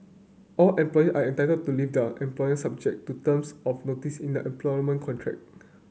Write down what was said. all employee are entitled to leave their employer subject to terms of notice in their employment contract